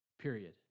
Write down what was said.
period